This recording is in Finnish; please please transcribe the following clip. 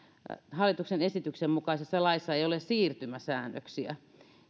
hallituksen esityksen mukaisessa laissa ei ole siirtymäsäännöksiä